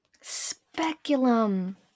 Speculum